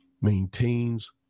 maintains